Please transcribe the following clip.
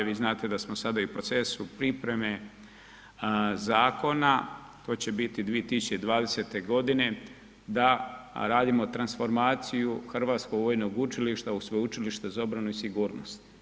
Vi znate da smo sada u procesu pripreme zakona to će biti 2020. godine da radimo transformaciju Hrvatskog vojnog učilišta u Sveučilište za obranu i sigurnost.